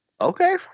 Okay